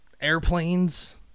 airplanes